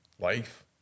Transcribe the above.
Life